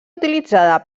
utilitzada